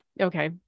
okay